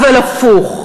אבל הפוך.